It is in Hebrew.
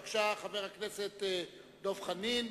בבקשה, חבר הכנסת דב חנין.